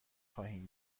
خواهیم